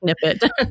snippet